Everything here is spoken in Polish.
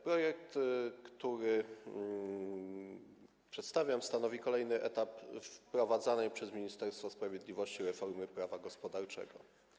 Projekt, który przedstawiam, stanowi kolejny etap wprowadzanej przez Ministerstwo Sprawiedliwości reformy prawa gospodarczego.